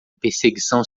perseguição